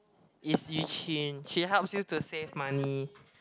is Yu-Jin she helps you to save money